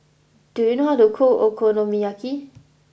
do you know how to cook Okonomiyaki